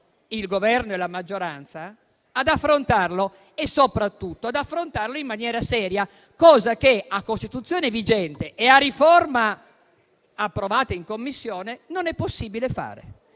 il Governo e la maggioranza ad affrontarlo e soprattutto ad affrontarlo in maniera seria, cosa che, a Costituzione vigente e a riforma approvata in Commissione, non è possibile fare,